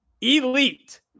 elite